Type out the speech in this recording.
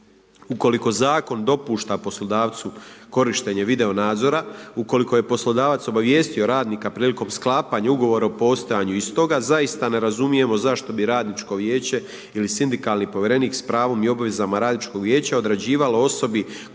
U koliko zakon dopušta poslodavcu korištenje video nadzora, u koliko je poslodavac obavijestio radnika prilikom sklapanja ugovora o postojanju istoga, zaista ne razumijemo zašto bi Radničko vijeće ili sindikalni povjerenik s pravom i obvezama Radničkog vijeća određivalo osobi koja je uložila